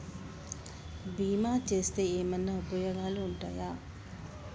బీమా చేస్తే ఏమన్నా ఉపయోగాలు ఉంటయా?